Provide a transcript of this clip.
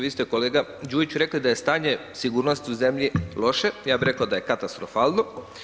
Vi ste kolega Đujić rekli da je stanje sigurnosti u zemlji loše, ja bih rekao da je katastrofalno.